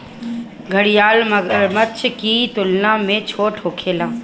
घड़ियाल मगरमच्छ की तुलना में छोट होखेले